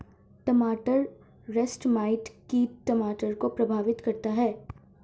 टमाटर russet mite कीट टमाटर को प्रभावित करता है